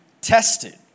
tested